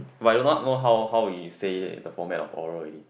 but I do not know how how we say the format of oral already